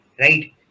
right